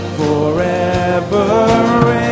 forever